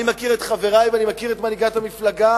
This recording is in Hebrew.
אני מכיר את חברי ואני מכיר את מנהיגת המפלגה,